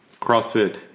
CrossFit